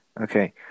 Okay